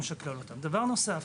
בנוסף,